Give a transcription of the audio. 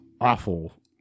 awful